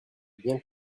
bien